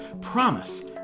promise